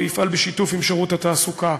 ויפעל בשיתוף עם שירות התעסוקה,